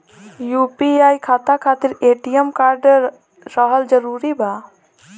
UPI खाता खातिर ATM card रहल जरूरी बा?